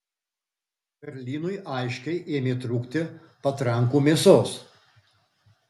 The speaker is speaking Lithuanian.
berlynui aiškiai ėmė trūkti patrankų mėsos